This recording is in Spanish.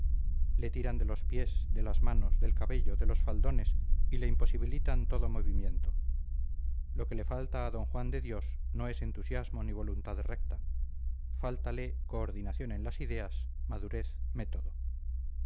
le tiran de los pies de las manos del cabello de los faldones y le imposibilitan todo movimiento lo que le falta a d juan de dios no es entusiasmo ni voluntad recta fáltale coordinación en las ideas madurez método